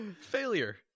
Failure